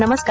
नमस्कार